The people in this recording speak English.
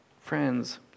Friends